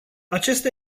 acesta